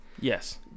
Yes